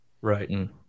Right